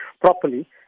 properly